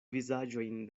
vizaĝojn